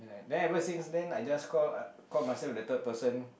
then ever since then I just call I call myself the third person